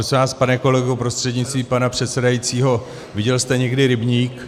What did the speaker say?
Prosím vás, pane kolego, prostřednictvím pana předsedajícího, viděl jste někdy rybník?